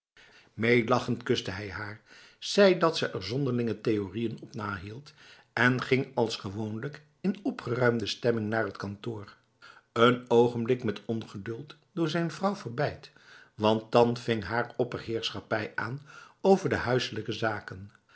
meelachend kuste hij haar zei dat ze er zonderlinge theorieën op na hield en ging als gewoonlijk in opgeruimde stemming naar t kantoor een ogenblik met ongeduld door zijn vrouw verbeid want dan ving haar opperheerschappij aan over de huiselijke zaken